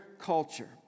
culture